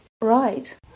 Right